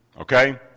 Okay